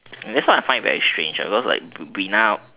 that's why I find it very strange because like we now